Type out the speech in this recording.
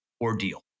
ordeal